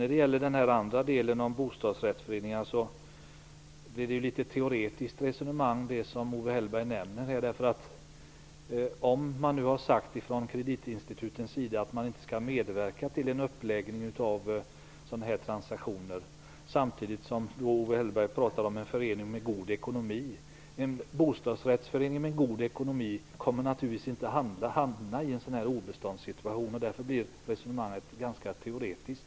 När det sedan gäller frågan om bostadsrättsföreningarna för Owe Hellberg här ett litet teoretiskt resonemang, eftersom kreditinstituten har sagt att de inte skall medverka till uppläggningen av sådana här transaktioner. Vidare talade Owe Hellberg om föreningar med god ekonomi. En bostadsrättsförening med god ekonomi kommer naturligtvis inte att hamna i en obeståndssituation. Resonemanget är alltså ganska teoretiskt.